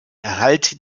erhalt